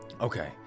Okay